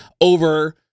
over